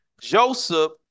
Joseph